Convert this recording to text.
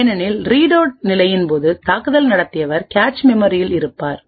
ஏனெனில் ரீலோட் நிலையின் போது தாக்குதல் நடத்தியவர் கேச் மெமரியில் இருப்பார்